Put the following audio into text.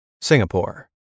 Singapore